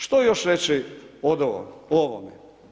Što još reći o ovome?